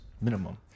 minimum